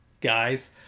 guys